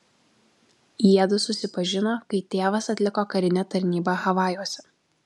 jiedu susipažino kai tėvas atliko karinę tarnybą havajuose